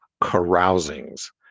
carousings